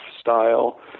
style